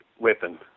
weapon